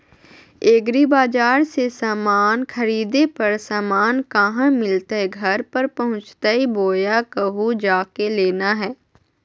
एग्रीबाजार से समान खरीदे पर समान कहा मिलतैय घर पर पहुँचतई बोया कहु जा के लेना है?